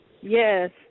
Yes